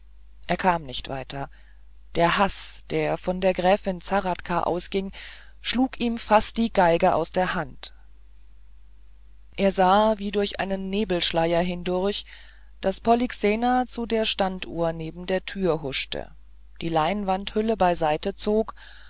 er kam nicht weiter der haß der von der gräfin zahradka ausging schlug ihm fast die geige aus der hand er sah wie durch einen nebelschleier hindurch daß polyxena zu der standuhr neben der tür huschte die leinwandhülle beiseite zog